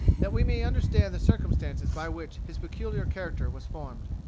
that we may understand the circumstances by which his peculiar character was formed.